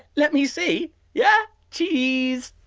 let me see. yeah, cheese.